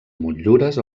motllures